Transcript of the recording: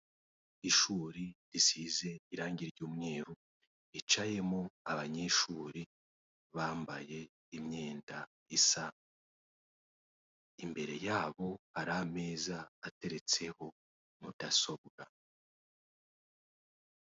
Ishuri risize irangi ry'umweru, ryicayemo abanyeshuri bambaye imyenda isa, imbere yabo hari ameza ateretseho mudasobwa.